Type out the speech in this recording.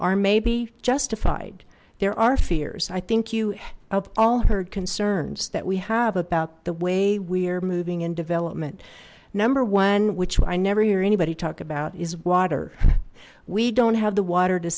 are may be justified there are fears i think you all heard concerns that we have about the way we are moving in development number one which i never hear anybody talk about is water we don't have the water to